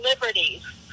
liberties